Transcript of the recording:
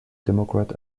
democrat